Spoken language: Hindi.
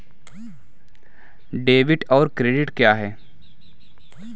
डेबिट और क्रेडिट क्या है?